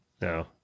No